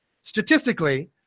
statistically